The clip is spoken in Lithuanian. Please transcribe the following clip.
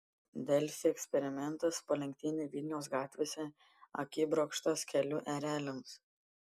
delfi eksperimentas po lenktynių vilniaus gatvėse akibrokštas kelių ereliams